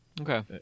okay